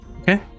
okay